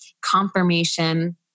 confirmation